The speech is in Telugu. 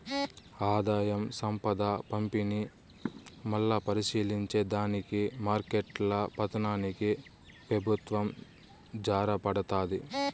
ఆదాయం, సంపద పంపిణీ, మల్లా పరిశీలించే దానికి మార్కెట్ల పతనానికి పెబుత్వం జారబడతాది